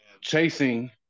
chasing